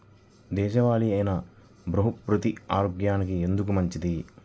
దేశవాలి అయినా బహ్రూతి ఆరోగ్యానికి ఎందుకు మంచిది?